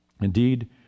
Indeed